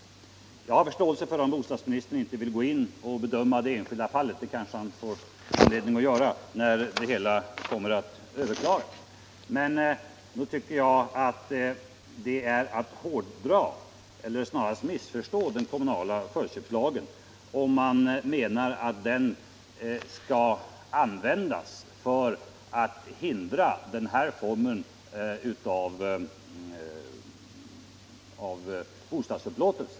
Jag har förståelse för att bostadsministern inte vill bedöma det enskilda fallet — det kanske han får anledning att göra när det hela överklagas —- men nog tycker jag att det är att hårdra eller snarast missförstå den kommunala förköpslagen, om man menar att den skall användas för att hindra den här formen av bostadsupplåtelse.